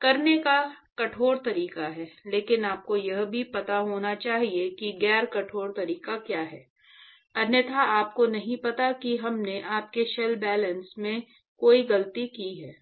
करने का कठोर तरीका है लेकिन आपको यह भी पता होना चाहिए कि गैर कठोर तरीका क्या है अन्यथा आपको नहीं पता कि हमने आपके शेल बैलेंस में कोई गलती की है